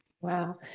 Wow